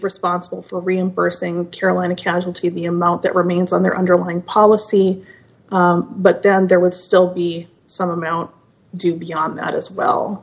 responsible for reimbursing caroline a casualty of the amount that remains on their underlying policy but then there would still be some amount due beyond that as well